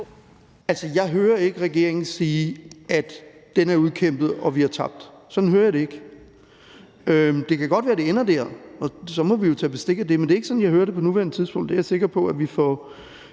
jeg hører ikke regeringen sige, at den er udkæmpet, og at vi har tabt. Sådan hører jeg det ikke. Det kan godt være, at det ender der, og så må vi jo tage bestik af det, men det er ikke sådan, jeg hører det på nuværende tidspunkt. Det er jeg sikker på at vi får